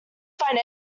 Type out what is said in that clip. find